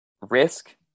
risk